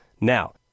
Now